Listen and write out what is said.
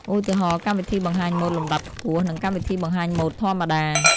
ឧទាហរណ៍ កម្មវិធីបង្ហាញម៉ូដលំដាប់ខ្ពស់ និងកម្មវិធីបង្ហាញម៉ូដធម្មតា។